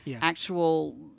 actual